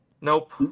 Nope